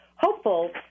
hopeful